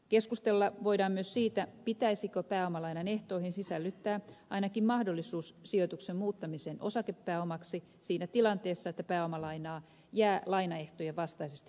keskustella voidaan myös siitä pitäisikö pääomalainan ehtoihin sisällyttää ainakin mahdollisuus sijoituksen muuttamiseen osakepääomaksi siinä tilanteessa että pääomalainaa jää lainaehtojen vastaisesti maksamatta takaisin